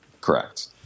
Correct